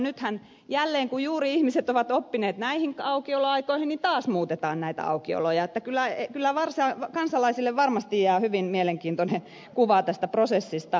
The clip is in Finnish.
nythän jälleen kun juuri ihmiset ovat oppineet näihin aukioloaikoihin taas muutetaan näitä aukioloja niin että kyllä kansalaisille varmasti jää hyvin mielenkiintoinen kuva tästä prosessista